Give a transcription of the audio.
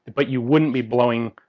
but you wouldn't be blowing.